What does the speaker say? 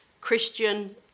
Christian